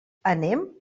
anem